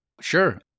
Sure